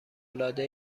العاده